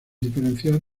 diferenciar